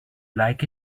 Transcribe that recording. like